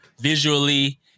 visually